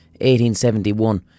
1871